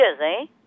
Yes